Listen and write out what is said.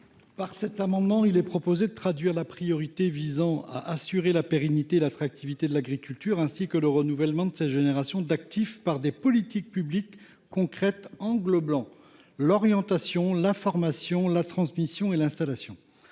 Par cet amendement, il est proposé de traduire la priorité visant à assurer la pérennité et l’attractivité de l’agriculture, ainsi que le renouvellement de ses générations d’actifs par des politiques publiques concrètes englobant l’orientation, l’information, la transmission et l’installation.